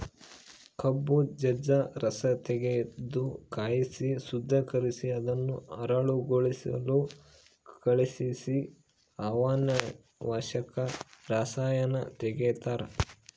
ಕಬ್ಬು ಜಜ್ಜ ರಸತೆಗೆದು ಕಾಯಿಸಿ ಶುದ್ದೀಕರಿಸಿ ಅದನ್ನು ಹರಳುಗೊಳಿಸಲು ಕಳಿಹಿಸಿ ಅನಾವಶ್ಯಕ ರಸಾಯನ ತೆಗಿತಾರ